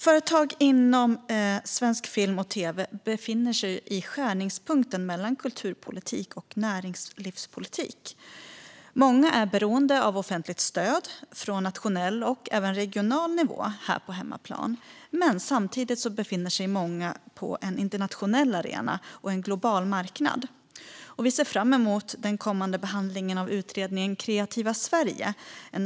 Företag inom svensk film och tv befinner sig i skärningspunkten mellan kulturpolitik och näringslivspolitik. Många är beroende av offentligt stöd från nationell och även regional nivå på hemmaplan. Samtidigt befinner sig många på en internationell arena och en global marknad. Vi ser fram emot den kommande behandlingen av utredningen Kreativa Sverige!